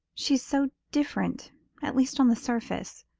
she's so different at least on the surface.